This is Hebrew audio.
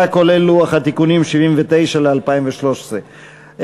סעיף 78, פיתוח תיירות, לשנת התקציב 2014,